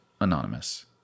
Anonymous